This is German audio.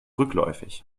rückläufig